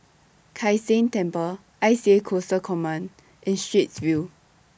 Kai San Temple I C A Coastal Command and Straits View